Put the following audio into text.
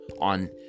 on